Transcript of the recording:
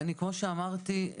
כמו שאמרתי,